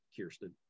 Kirsten